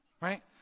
right